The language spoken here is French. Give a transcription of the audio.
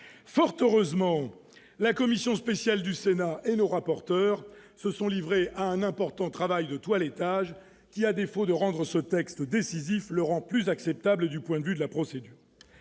Fort heureusement, la commission spéciale du Sénat et ses rapporteurs se sont livrés à un important travail de toilettage, qui, à défaut de rendre ce texte décisif, le rend du moins plus acceptable en termes de procédure.